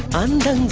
and